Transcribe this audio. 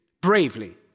bravely